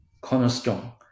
cornerstone